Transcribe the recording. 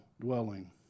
dwelling